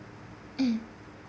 mm